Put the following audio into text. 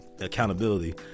accountability